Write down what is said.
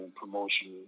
promotion